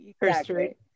History